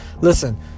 Listen